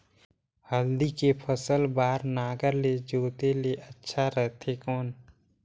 हल्दी के फसल बार नागर ले जोते ले अच्छा रथे कौन?